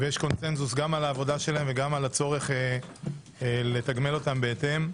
ויש קונצנזוס גם על העבודה שלהם וגם על הצורך לתגמל אותם בהתאם.